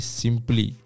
simply